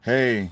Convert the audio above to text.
Hey